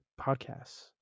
podcasts